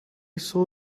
saw